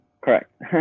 correct